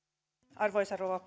arvoisa rouva